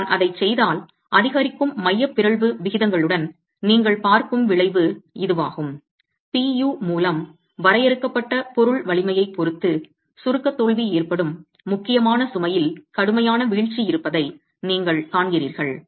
நான் அதைச் செய்தால் அதிகரிக்கும் மைய பிறழ்வு விகிதங்களுடன் நீங்கள் பார்க்கும் விளைவு இதுவாகும் Pu மூலம் வரையறுக்கப்பட்ட பொருள் வலிமையைப் பொறுத்து சுருக்கத் தோல்வி ஏற்படும் முக்கியமான சுமையில் கடுமையான வீழ்ச்சி இருப்பதை நீங்கள் காண்கிறீர்கள்